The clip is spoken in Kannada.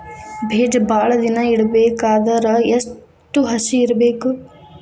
ಬೇಜ ಭಾಳ ದಿನ ಇಡಬೇಕಾದರ ಎಷ್ಟು ಹಸಿ ಇರಬೇಕು?